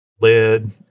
lead